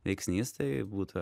veiksnys tai būtų